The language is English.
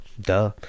Duh